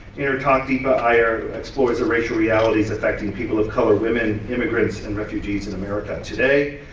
in her talk, deepa iyer explores the racial realities affecting people of color, women, immigrants, and refugees in america today.